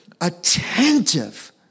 attentive